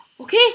Okay